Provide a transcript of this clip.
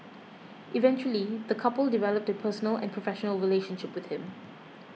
eventually the couple developed a personal and professional relationship with him